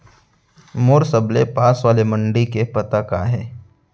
मोर सबले पास वाले मण्डी के पता का हे?